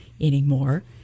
anymore